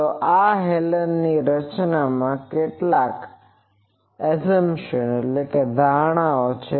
તો આ હેલેનની રચનાના કેટલાક એઝમ્પસનassumptionધારણાઓ છે